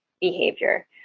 behavior